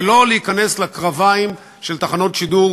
ולא להיכנס לקרביים של תחנות שידור